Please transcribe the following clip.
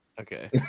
Okay